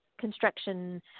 construction